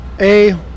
A-